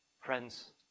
Friends